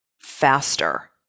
faster